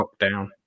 lockdown